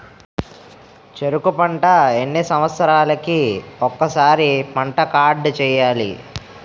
చెరుకు పంట ఎన్ని సంవత్సరాలకి ఒక్కసారి పంట కార్డ్ చెయ్యాలి?